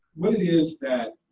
what it is that,